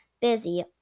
busy